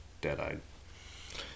dead-eyed